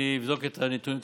אני אבדוק את הנתונים,